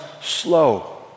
slow